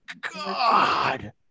God